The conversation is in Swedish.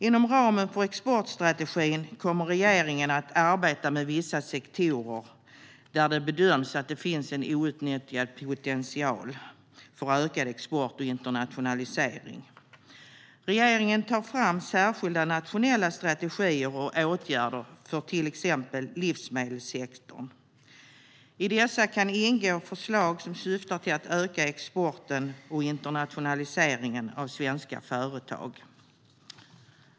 Inom ramen för exportstrategin kommer regeringen att arbeta med vissa sektorer där det bedöms finnas en outnyttjad potential för ökad export och internationalisering. Regeringen tar fram särskilda nationella strategier och åtgärder för till exempel livsmedelssektorn. I dessa kan ingå förslag som syftar till att öka exporten och internationaliseringen av svenska företag.